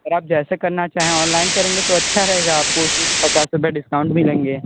और आप जैसे करना चाहे ऑनलाइन करेंगे तो अच्छा रहेगा आपको उसमें पचास रुपए डिस्काउंट मिलेंगे